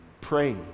pray